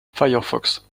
firefox